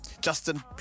Justin